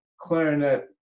clarinet